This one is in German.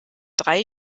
drei